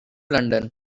london